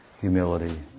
humility